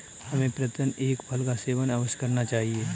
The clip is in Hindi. हमें प्रतिदिन एक फल का सेवन अवश्य करना चाहिए